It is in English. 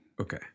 Okay